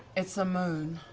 it's a moon.